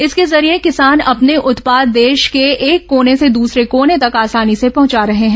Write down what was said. इसके जरिये किसान अपने उत्पाद देश के एक कोने से दूसरे कोने तक आसानी से पहंचा रहे हैं